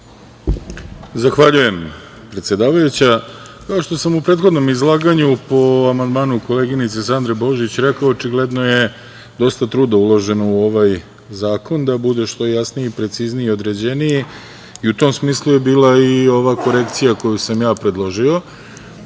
Zahvaljujem, predsedavajuća. Kao što sam u prethodnom izlaganju po amandmanu koleginice Sandre Božić rekao, očigledno je dosta truda uloženo u ovaj zakon, da bude što jasniji, precizniji i određeniji i u tom smislu j e bila i ova korekcija koju sam ja predložio,